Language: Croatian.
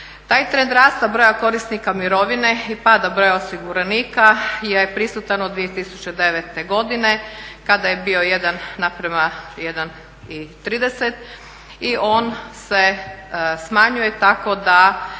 Taj trend rasta broja korisnika mirovine i pada broja osiguranika je prisutan od 2009. godine kada je bio 1:1.30 i on se smanjuje tako da